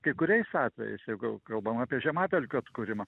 kai kuriais atvejais jeigu jau kalbam apie žemapelkių atkūrimą